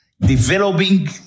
developing